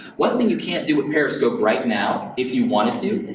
one thing you can't do with periscope right now, if you wanted to,